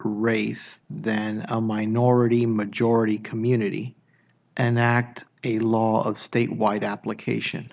race then a minority majority community an act a law a statewide application